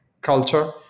culture